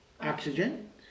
oxygen